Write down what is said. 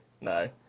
No